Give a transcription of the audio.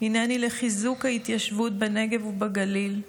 הינני לחיזוק ההתיישבות בנגב ובגליל,